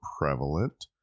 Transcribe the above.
prevalent